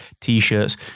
t-shirts